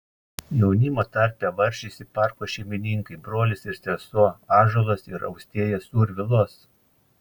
jaunimo tarpe varžėsi parko šeimininkai brolis ir sesuo ąžuolas ir austėja survilos